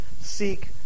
seek